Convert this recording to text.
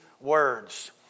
words